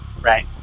Right